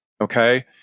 okay